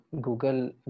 Google